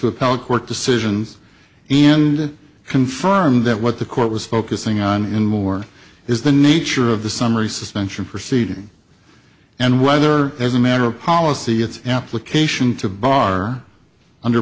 appellate court decisions and it confirmed that what the court was focusing on in more is the nature of the summary suspension proceeding and whether as a matter of policy it's application to bar under